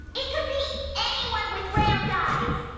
it could be anyone with round eyes.